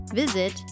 visit